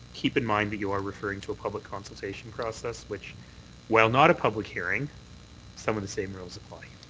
keep in mind that you are referring to a public consultation process which while not a public hearing some of the same rules apply,